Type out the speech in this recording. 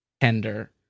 tender